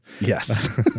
Yes